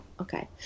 okay